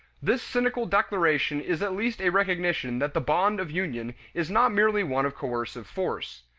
this cynical declaration is at least a recognition that the bond of union is not merely one of coercive force.